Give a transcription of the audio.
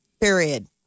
Period